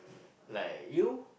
like you